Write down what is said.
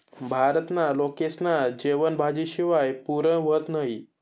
भारतना लोकेस्ना जेवन भाजी शिवाय पुरं व्हतं नही